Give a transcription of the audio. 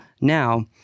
Now